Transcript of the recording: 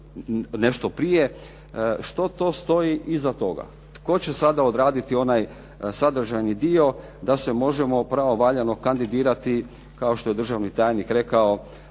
nešto prije što to stoji iza toga. Tko će sada odraditi onaj sadržajni dio da se možemo pravovaljano kandidirati kao što je državni tajnik rekao